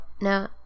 No